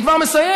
אני כבר מסיים.